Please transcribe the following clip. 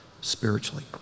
spiritually